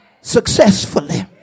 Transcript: successfully